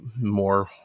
more